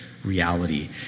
reality